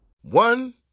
One